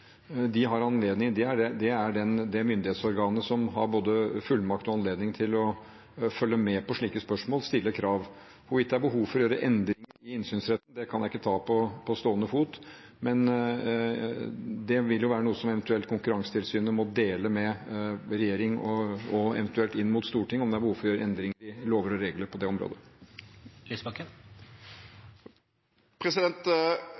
Det er det myndighetsorganet som har både fullmakt og anledning til å følge med på slike spørsmål og stille krav. Hvorvidt det er behov for å gjøre endringer i innsynsretten, kan jeg ikke ta på stående fot, men det vil være noe som Konkurransetilsynet må dele med regjering og eventuelt storting, om det er behov for å gjøre endringer i lover og regler på det området. Audun Lysbakken